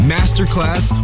Masterclass